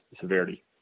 severity